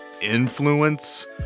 Influence